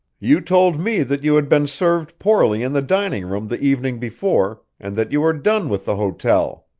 you told me that you had been served poorly in the dining room the evening before, and that you were done with the hotel!